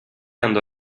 andò